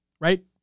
right